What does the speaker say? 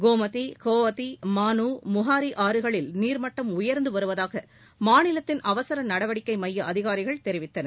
கோமதி கோவாய் மாலு் முஹுரி ஆறுகளில் வெள்ள நீர்மட்டம் உயர்ந்து வருவதாக மாநிலத்தின் அவசர நடவடிக்கை மைய அதிகாரிகள் தெரிவித்தனர்